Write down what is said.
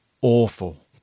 awful